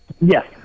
Yes